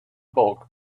bulk